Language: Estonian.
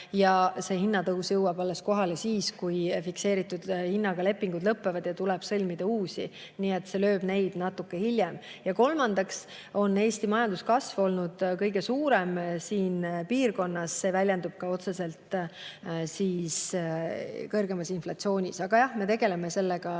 See hinnatõus jõuab seal kohale alles siis, kui fikseeritud hinnaga lepingud lõpevad ja tuleb sõlmida uusi. Nii et see lööb neid natuke hiljem. Kolmandaks on Eesti majanduskasv olnud kõige suurem siin piirkonnas. See väljendub ka otseselt kõrgemas inflatsioonis. Aga jah, me tegeleme sellega